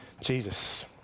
Jesus